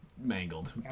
mangled